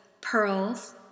pearls